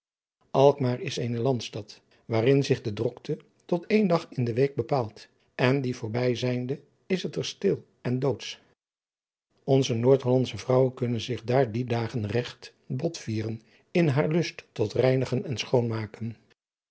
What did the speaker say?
alkmaar is eene landstad waarin zich de drokte tot één dag in de week bepaalt en die voorbij zijnde is het er stil en doodsch onze noordhollandsche vrouwen kunnen zich daar die dagen regt bot vieren in haar lust tot reinigen en schoonmaken